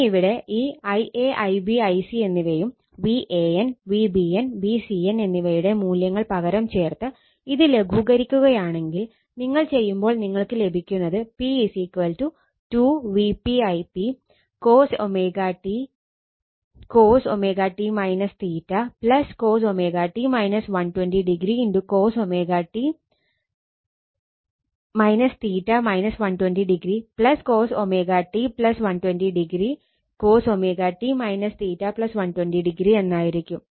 ഇനി ഇവിടെ ഈ Ia Ib Ic എന്നിവയും VAN VBN VCN എന്നിവയുടെ മൂല്യങ്ങൾ പകരം ചേർത്ത് ഇത് ലഘൂകരിക്കുകയാണെങ്കിൽ നിങ്ങൾ ചെയ്യുമ്പോൾ നിങ്ങൾക്ക് ലഭിക്കുന്നത് p 2 Vp Ip cos cos cos cos cos t 120 o cos t 120o എന്നായിരിക്കും